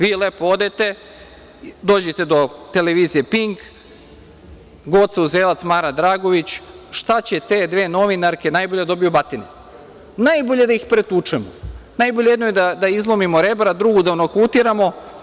Vi lepo odete, dođete do TV „Pink“, Goca Uzelac, Mara Dragović, šta će te dve novinarke, najbolje da dobiju batine, najbolje da ih pretučemo, najbolje jednoj da izlomimo rebra, a drugu da nokautiramo.